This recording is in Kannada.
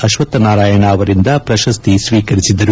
ಅಶ್ವತ್ಥನಾರಾಯಣ ಅವರಿಂದ ಪ್ರಶಸ್ತಿ ಸ್ವೀಕರಿಸಿದರು